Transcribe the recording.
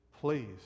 please